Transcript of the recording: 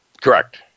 Correct